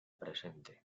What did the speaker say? presente